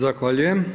Zahvaljujem.